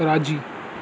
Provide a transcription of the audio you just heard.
राज़ी